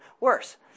worse